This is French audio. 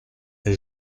mais